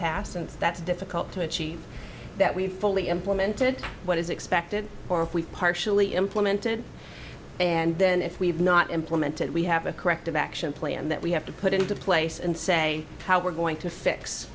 past and that's difficult to achieve that we've fully implemented what is expected or if we partially implemented and then if we have not implemented we have a corrective action plan that we have to put into place and say how we're going to fix